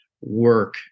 work